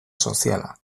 soziala